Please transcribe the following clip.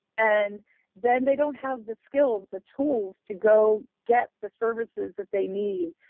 and then they don't have the skills, the tools to go get the services that they need.